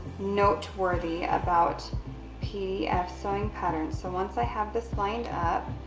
noteworthy about pdf sewing patterns. so, once i have this lined up,